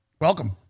Welcome